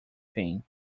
thing